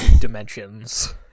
dimensions